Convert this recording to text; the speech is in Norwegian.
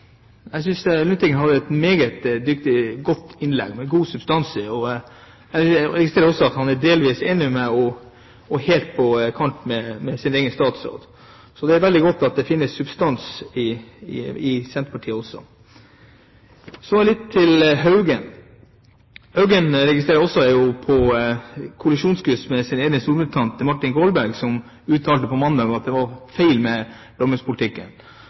Jeg synes Lundteigen hadde et meget godt innlegg med god substans. Jeg registrerer også at han er delvis enig med meg, og helt på kant med sin egen statsråd, så det er veldig godt at det finnes substans i Senterpartiet også. Så litt til Haugen: Jeg registrerer at Haugen også er på kollisjonskurs med en av sine egne partirepresentanter, Martin Kolberg, som uttalte på mandag at det var noe feil med